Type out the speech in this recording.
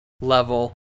level